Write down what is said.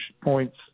points